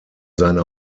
seine